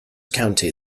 county